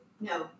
No